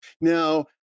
Now